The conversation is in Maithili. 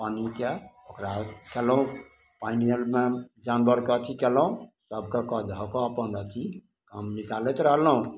पानीके ओकरा कएलहुँ पानी आओरमे जानवरके अथी कएलहुँ सभकेँ कऽ धऽ कऽ अपन अथी काम निकालैत रहलहुँ